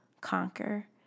conquer